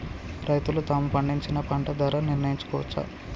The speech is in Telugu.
రైతులు తాము పండించిన పంట ధర నిర్ణయించుకోవచ్చా?